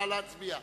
נא להצביע.